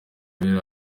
mbere